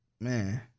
Man